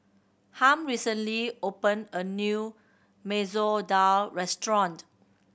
Harm recently open a new Masoor Dal restaurant